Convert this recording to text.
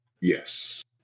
Yes